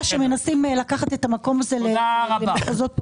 שמנסים לקחת את המקום הזה למחוזות פוליטיים.